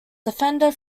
defender